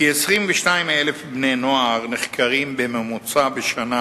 כ-22,000 בני-נוער נחקרים בממוצע בשנה